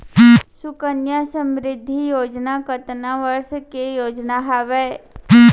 सुकन्या समृद्धि योजना कतना वर्ष के योजना हावे?